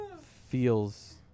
feels